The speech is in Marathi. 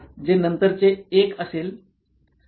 जे नंतरचे 1 असेल